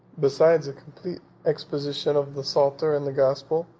besides a complete exposition of the psalter and the gospel,